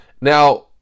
now